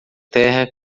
terra